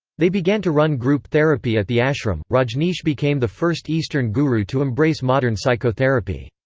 they began to run group therapy at the ashram rajneesh became the first eastern guru to embrace modern psychotherapy.